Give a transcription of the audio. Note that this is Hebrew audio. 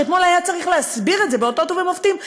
שאתמול היה צריך להסביר את זה באותות ובמופתים,